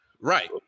Right